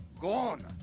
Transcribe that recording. gone